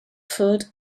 filled